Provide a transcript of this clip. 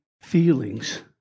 feelings